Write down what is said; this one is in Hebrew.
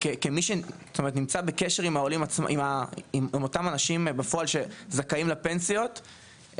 כמישהו שנמצא בקשר עם אותם אנשים בפועל שזכאים לפנסיות,